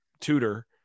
tutor